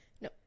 No